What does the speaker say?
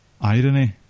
irony